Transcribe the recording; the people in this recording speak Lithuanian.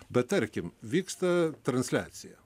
bet tarkim vyksta transliacija